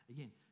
Again